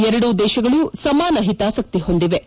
ಎರಡೂ ದೇಶಗಳು ಸಮಾನ ಹಿತಾಸಕ್ತಿ ಹೊಂದಿವೆ